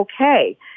okay